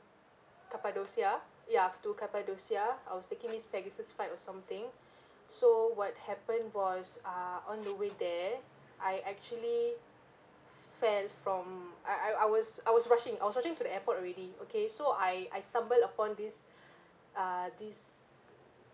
cappadocia ya to cappadocia I was taking this pegasus flight or something so what happened was ah on the way there I actually fell from I I I was I was rushing I was rushing to the airport already okay so I I stumbled upon this ah this